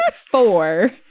four